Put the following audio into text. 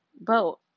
boat